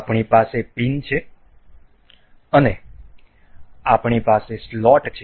આપણી પાસે પિન છે અને આપણી પાસે સ્લોટ છે